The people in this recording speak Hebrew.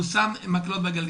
הוא שם מקלות בגלגלים.